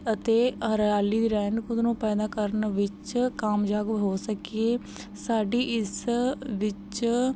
ਅਤੇ ਹਰਿਆਲੀ ਦੀ ਰਹਿੰਦ ਖੂੰਹਦ ਨੂੰ ਪੈਦਾ ਕਰਨ ਵਿੱਚ ਕਾਮਯਾਬ ਹੋ ਸਕੀਏ ਸਾਡੀ ਇਸ ਵਿੱਚ